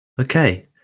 okay